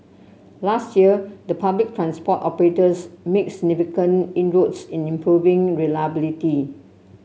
last year the public transport operators made significant inroads in improving reliability